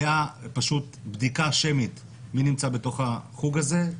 הייתה פשוט בדיקה שמית מי נמצא בתוך החוג הזה,